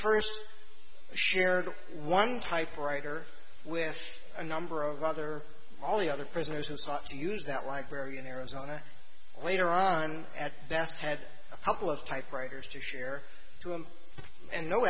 first shared one typewriter with a number of other all the other prisoners who sought to use that library in arizona later on at best had a couple of typewriters to share to him and no